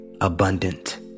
abundant